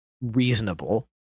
reasonable